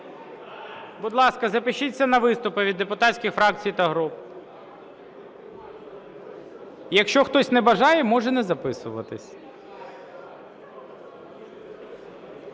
Будь ласка, запишіться на виступи від депутатських фракцій та груп. Якщо хтось не бажає, може не записуватися.